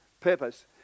purpose